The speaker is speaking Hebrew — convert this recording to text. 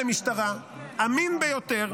אין טרור יהודי?